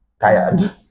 tired